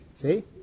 See